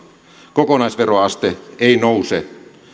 kokonaisveroaste ei nouse